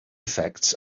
effects